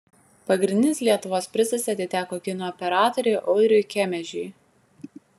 pagrindinis lietuvos prizas atiteko kino operatoriui audriui kemežiui